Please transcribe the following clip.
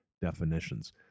definitions